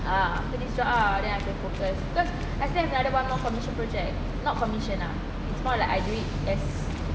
ya after this job ah then I can focus because I still got another one more commission project not commission lah is more like I do it as